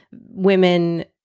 women